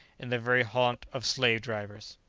in the very haunt of slave-drivers!